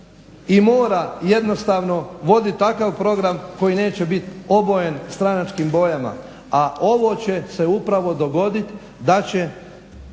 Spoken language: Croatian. i mora jednostavno vodit takav program koji neće biti obojen stranačkim bojama, a ovo će se upravo dogodit da će